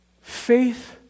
faith